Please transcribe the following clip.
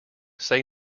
say